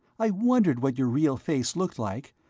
i wondered what your real face looked like.